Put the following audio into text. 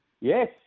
Yes